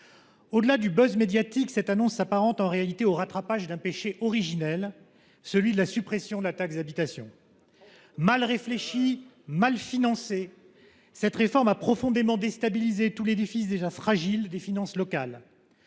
Au-delà du buzz médiatique, cette annonce s'apparente en réalité au rattrapage d'un péché originel, celui de la suppression de la taxe d'habitation. mal réfléchis, mal financé, cette réforme a profondément déstabilisé tous les défis déjà fragiles des finances locales.